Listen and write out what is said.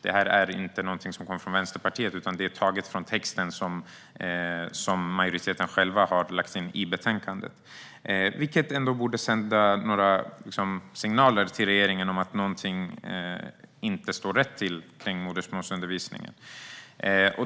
Det är inte någonting som kommer från Vänsterpartiet, utan det är taget från den text som majoriteten själv har lagt in i betänkandet, vilket borde sända signaler till regeringen om att någonting inte står rätt till i modersmålsundervisningen.